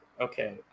okay